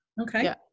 Okay